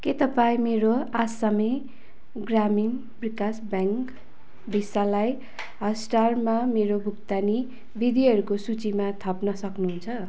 के तपाईँ मेरो असामी ग्रामीण विकास ब्याङ्क भिसालाई हटस्टारमा मेरो भुक्तानी विधिहरूको सूचीमा थप्न सक्नुहुन्छ